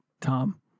Tom